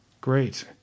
Great